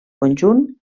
conjunt